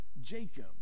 Jacob